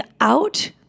out